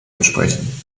entsprechen